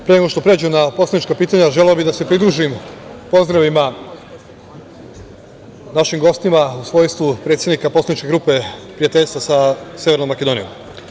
Pre nego što pređem na poslanička pitanja, želeo bih da se pridružim pozdravima našim gostima, u svojstvu predsednika Poslaničke grupe prijateljstva sa Severnom Makedonijom.